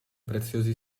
preziosi